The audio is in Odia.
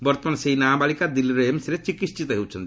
ବର୍ତ୍ତମାନ ସେହି ନାବାଳିକା ଦିଲ୍ଲୀର ଏମସ୍ରେ ଚିକିିିିିତ ହେଉଛନ୍ତି